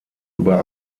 über